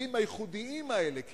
התקציבים הייחודיים האלה כאילו,